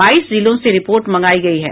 बाईस जिलों से रिपोर्ट मंगायी गयी है